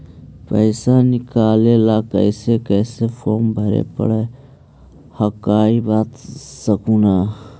पैसा निकले ला कैसे कैसे फॉर्मा भरे परो हकाई बता सकनुह?